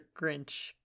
Grinch